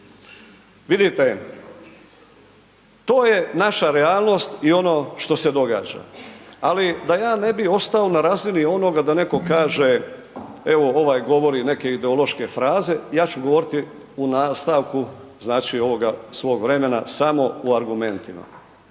Vidite, to je naša realnost i ono što se događa ali da je ne bi ostao na razini onoga da neko kaže evo ovaj govori neke ideološke fraze, ja ću govoriti u nastavku znači ovoga svoga vremena samo u argumentima.